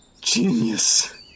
Genius